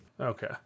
Okay